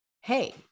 hey